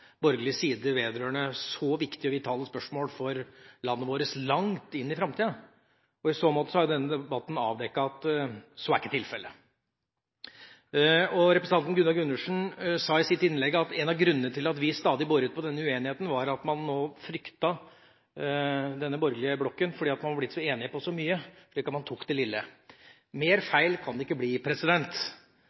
borgerlig side vedrørende så viktige og vitale spørsmål for landet vårt – langt inn i framtida. I så måte har denne debatten avdekket at så ikke er tilfelle. Representanten Gunnar Gundersen sa i sitt innlegg at en av grunnene til at vi stadig boret på denne uenigheten, var at man nå fryktet denne borgerlige blokken fordi man var blitt så enig om så mye, slik at man tok det lille. Mer feil kan det ikke bli.